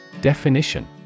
Definition